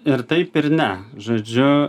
ir taip ir ne žodžiu